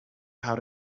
how